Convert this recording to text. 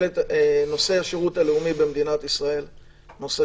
נושא השירות הלאומי במדינת ישראל הוא נושא